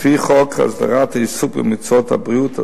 לפי חוק הסדרת העיסוק במקצועות הבריאות,